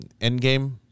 Endgame